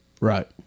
Right